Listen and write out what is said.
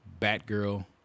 Batgirl